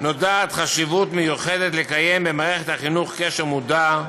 נודעת חשיבות מיוחדת לקיים במערכת החינוך קשר מודע,